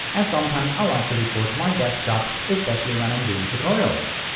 as sometimes i like to record my desktop especially when i'm doing tutorials.